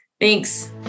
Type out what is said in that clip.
Thanks